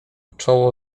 czoło